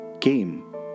came